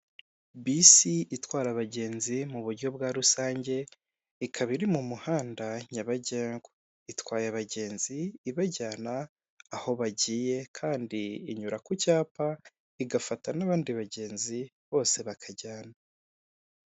Bisi itwara abagenzi mu buryo bwa rusange ikaba iri mu muhanda nyabagendwa, itwaye abagenzi ibajyana aho bagiye kandi inyura ku cyapa igafata n'abandi bagenzi bose bakajyana.